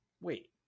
Wait